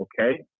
Okay